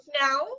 now